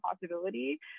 possibility